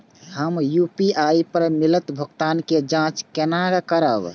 हम यू.पी.आई पर मिलल भुगतान के जाँच केना करब?